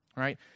right